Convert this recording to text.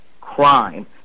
crime